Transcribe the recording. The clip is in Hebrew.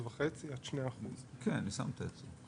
1.5% עד 2%. כן, אני שם את הייצוא.